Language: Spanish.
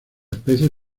especie